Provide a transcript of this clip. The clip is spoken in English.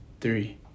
three